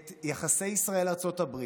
את יחסי ישראל ארצות-הברית,